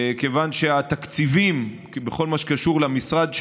כיוון שהתקציבים, בכל מה שקשור למשרד שלי,